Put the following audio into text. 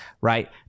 right